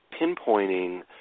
pinpointing